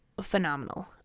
phenomenal